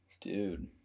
Dude